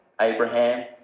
Abraham